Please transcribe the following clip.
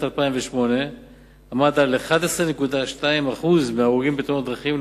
2008 עמד על 11.2% מההרוגים בתאונות דרכים,